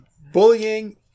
bullying